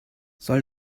soll